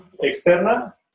Externa